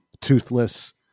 toothless